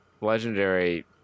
legendary